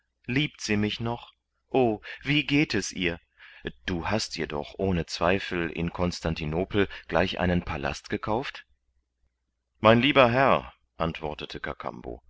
liebt sie mich noch o wie geht es ihr du hast ihr doch ohne zweifel in konstantinopel gleich einen palast gekauft mein lieber herr antwortete